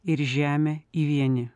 ir žemę į vienį